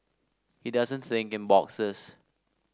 he doesn't think in boxes